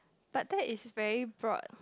but that is very broad